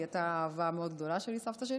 היא הייתה אהבה מאוד גדולה שלי, סבתא שלי.